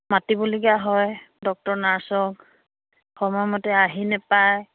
মাতিবলগীয়া হয় ডক্তৰ নাৰ্ছক সময়মতে আহি নাপায়